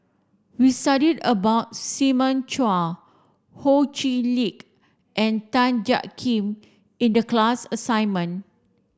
we studied about Simon Chua Ho Chee Lick and Tan Jiak Kim in the class assignment